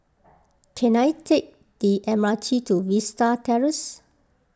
can I take the M R T to Vista Terrace